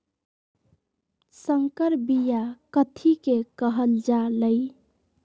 संकर बिया कथि के कहल जा लई?